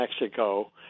Mexico